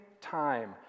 time